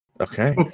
Okay